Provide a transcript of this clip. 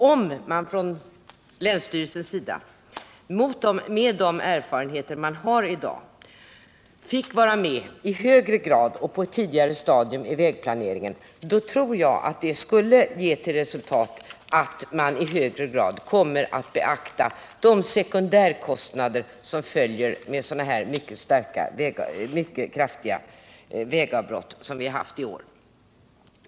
Om man från länsstyrelsens sida, med de erfarenheter man har i dag, fick vara med i högre grad och på ett tidigare stadium av vägplaneringen, tror jag att det skulle ge till resultat att man mer kommer att beakta de sekundärkostnader som följer med sådana här mycket kraftiga vägavbrott som vi har haft i år.